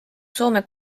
soome